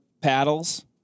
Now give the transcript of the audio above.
paddles